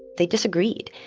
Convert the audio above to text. they disagreed.